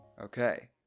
Okay